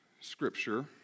scripture